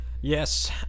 Yes